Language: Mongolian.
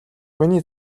миний